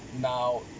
Now